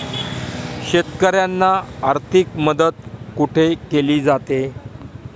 शेतकऱ्यांना आर्थिक मदत कुठे केली जाते?